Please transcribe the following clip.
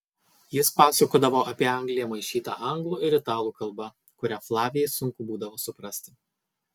jis pasakodavo apie angliją maišyta anglų ir italų kalba kurią flavijai sunku būdavo suprasti